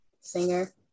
singer